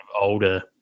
older